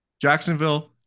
Jacksonville